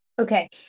Okay